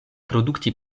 produkti